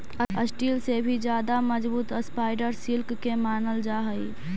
steel से भी ज्यादा मजबूत स्पाइडर सिल्क के मानल जा हई